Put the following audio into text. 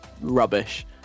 rubbish